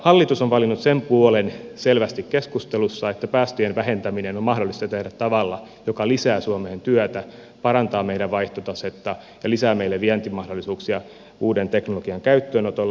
hallitus on valinnut sen puolen selvästi keskustelussa että päästöjen vähentäminen on mahdollista tehdä tavalla joka lisää suomeen työtä parantaa meidän vaihtotasetta ja lisää meille vientimahdollisuuksia uuden teknologian käyttöönotolla